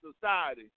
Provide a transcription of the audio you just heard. society